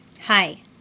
hi